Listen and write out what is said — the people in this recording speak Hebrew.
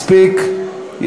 מספיק.